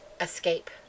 escape